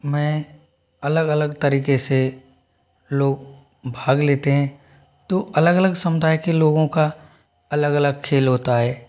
में अलग अलग तरीक़े से लोग भाग लेते हैं तो अलग अलग समुदाय के लोगों का अलग अलग खेल होता है